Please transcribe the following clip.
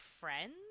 friends